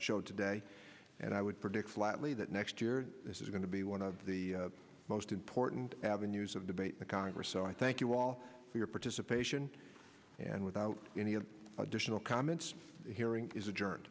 showed today and i would predict flatly that next year this is going to be one of the most important avenues of debate to congress so i thank you all for your participation and without any additional comments hearing is adjourn